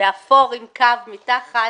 ואפור עם קו מתחת